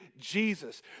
Jesus